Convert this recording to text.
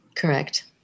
Correct